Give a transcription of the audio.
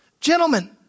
Gentlemen